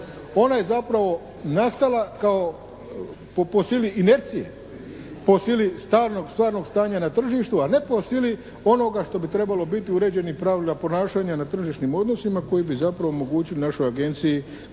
Ona je zapravo nastala kao po sili inercije, po sili stalnog stvarnog stanja na tržištu, a ne po sili onoga što bi trebalo biti uređenih pravila ponašanja na tržišnim odnosima koji bi zapravo omogućili našoj agenciji